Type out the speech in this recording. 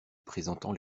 présentant